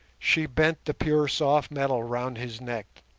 she bent the pure soft metal round his neck,